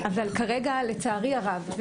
אבל כרגע לצערי הרב,